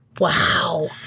wow